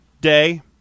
day